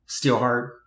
Steelheart